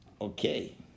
Okay